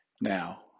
Now